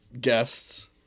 guests